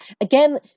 Again